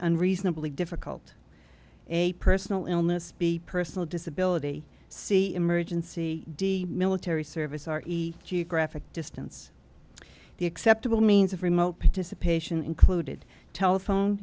and reasonably difficult a personal illness be personal disability see emergency d military service are geographic distance the acceptable means of remote participation included telephone